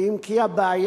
ואם כי הבעיה,